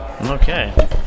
Okay